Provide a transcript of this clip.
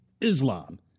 Islam